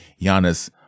Giannis